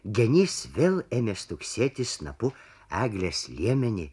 genys vėl ėmė stuksėti snapu eglės liemenį